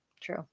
True